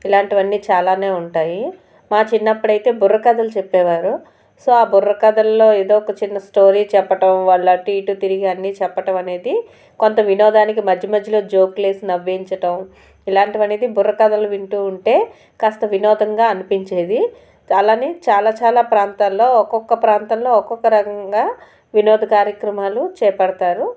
ఇలాంటివన్నీ చాలానే ఉంటాయి మా చిన్నప్పుడు అయితే బుర్ర కథలు చెప్పేవారు సో ఆ బుర్ర కథల్లో ఏదో ఒక చిన్న స్టోరీ చెప్పడం వాళ్ళు అటు ఇటు తిరిగి అన్ని చెప్పడం అనేది కొంత వినోదానికి మధ్య మధ్యలో జోకులు వేసి నవ్వించటం ఇలాంటివి అనేది బుర్ర కథలు వింటూ ఉంటే కాస్త వినోదంగా అనిపించేది అలానే చాలా చాలా ప్రాంతాల్లో ఒక్కొక్క ప్రాంతంలో ఒక్కొక్క రకంగా వినోద కార్యక్రమాలు చేపడతారు